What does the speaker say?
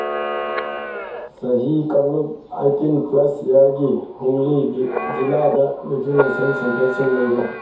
ꯆꯍꯤ ꯀꯥꯡꯂꯨꯞ eighteen plus ꯏꯌꯥꯔꯒꯤ ꯍꯨꯡꯂꯤꯒꯤ ꯖꯤꯂꯥꯗ ꯚꯦꯛꯁꯤꯟꯅꯦꯁꯟ ꯁꯦꯟꯇꯔꯁꯤꯡ ꯂꯩꯕ꯭ꯔꯥ